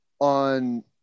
on